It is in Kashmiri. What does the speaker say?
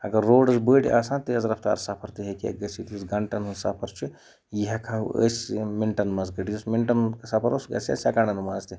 اگر روڈٕز بٔڑۍ آسہٕ ہَن تیز رفتار تہِ ہیٚکہِ ہے گٔژھِتھ یُس گںٹَن ہُنٛد سفر چھُ یہِ ہٮ۪کہٕ ہَو أسۍ مِنٹَن منٛز کٔڑِتھ یُس مِنٹَن ہُنٛد سفر اوس سُہ گژھِ ہا سٮ۪کَںٛڈَن منٛز تہِ